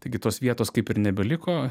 taigi tos vietos kaip ir nebeliko